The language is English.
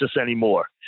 anymore